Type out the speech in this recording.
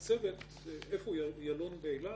איפה הצוות ילון, באילת?